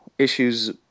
issues